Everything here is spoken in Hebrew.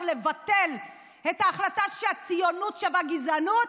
לבטל את ההחלטה שהציונות שווה גזענות?